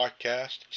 Podcast